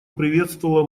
приветствовала